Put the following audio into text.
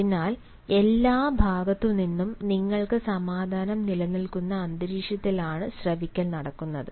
അതിനാൽ എല്ലാ ഭാഗത്തുനിന്നും നിങ്ങൾക്ക് സമാധാനം നിലനിൽക്കുന്ന അന്തരീക്ഷത്തിലാണ് ശ്രവിക്കൽ നടക്കുന്നത്